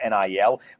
nil